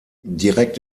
direkt